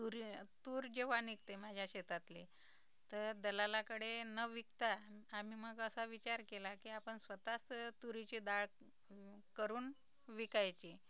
तुरी तूर जेंव्हा निघते माझ्या शेतातले तर दलालाकडे न विकता आम्ही मग असा विचार केला की आपण स्वताःच तुरीची दाळ करून विकायची